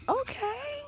okay